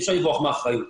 אי אפשר לברוח מאחריות.